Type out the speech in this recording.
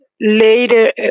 later